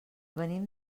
venim